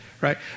right